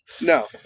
no